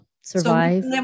Survive